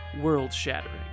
world-shattering